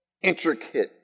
intricate